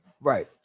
Right